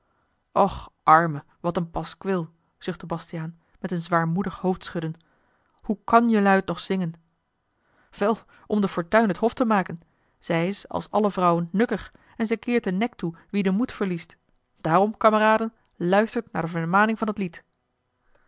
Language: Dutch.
och arme wat een paskwil zuchtte bastiaan met een zwaarmoedig hoofdschudden hoe kan jelui het nog zingen wel om de fortuin het hof te maken zij is als alle vrouwen nukkig en zij keert den nek toe wie den moed verliest daarom kameraden luistert naar de vermaning van het lied